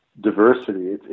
diversity